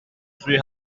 three